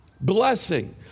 Blessing